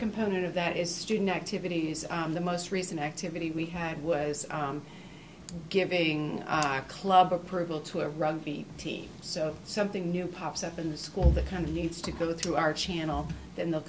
component of that is student activities the most recent activity we had was giving our club approval to a rugby team so something new pops up in the school that kind of needs to go through our channel then they'll